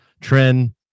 trend